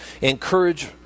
encourage